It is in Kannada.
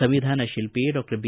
ಸಂವಿಧಾನ ಶಿಲ್ಪಿ ಡಾಕ್ಷರ್ ಬಿ